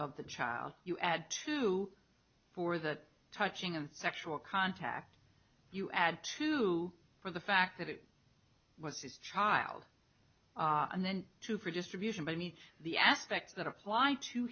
of the child you add to for that touching and sexual contact you add to for the fact that it was his child and then two for distribution beneath the aspect that apply to